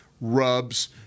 rubs